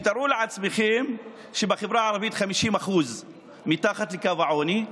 תתארו לעצמכם שבחברה הערבית 50% מתחת לקו העוני,